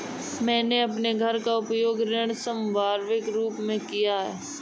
मैंने अपने घर का उपयोग ऋण संपार्श्विक के रूप में किया है